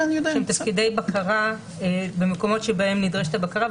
תפקידי בקרה במקומות שבהם נדרשת הבקרה,